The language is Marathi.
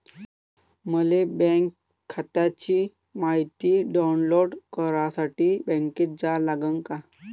मले बँक खात्याची मायती डाऊनलोड करासाठी बँकेत जा लागन का?